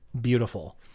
beautiful